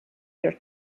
your